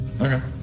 Okay